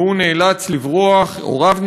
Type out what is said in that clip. והוא נאלץ לברוח,